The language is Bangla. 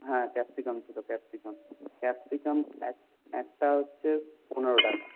হ্যাঁ ক্যাপসিকাম ছিল ক্যাপসিকাম ক্যাপসিকাম একটা হচ্ছে পনেরো টাকা